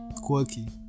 Quirky